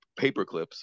paperclips